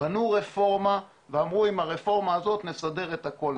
בנו רפורמה, ואמרו עם הרפורמה הזאת נשנה את הכל.